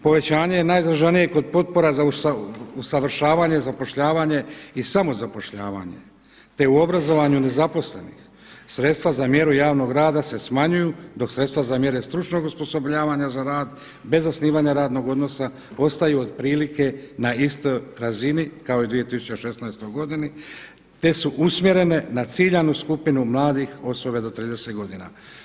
Povećanje je najizraženije kod potpora za usavršavanje zapošljavanje i samozapošljavanje, te u obrazovanju nezaposlenih sredstva za mjeru javnog rada se smanjuju, dok sredstva za mjere stručnog osposobljavanja za rad bez zasnivanja radnog odnosa ostaju otprilike na istoj razini kao i 2016. godini te su usmjerene na ciljanu skupinu mladih osoba do 30 godina.